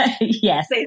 Yes